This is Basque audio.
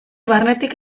barnetik